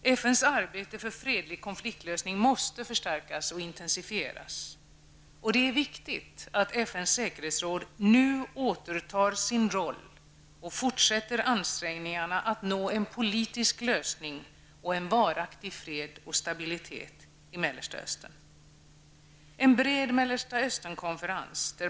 FNs arbete för fredlig konfliktlösning måste förstärkas och intensifieras. Det är viktigt att FNs säkerhetsråd nu återtar sin roll och fortsätter ansträngningarna att nå en politisk lösning och en varaktig fred och stabilitet i Mellersta Östern.